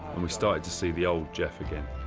and we started to see the old geoff again.